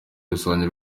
rusange